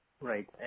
Right